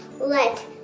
Let